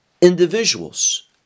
individuals